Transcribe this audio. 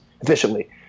efficiently